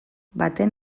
baten